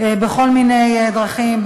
בכל מיני דרכים,